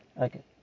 Okay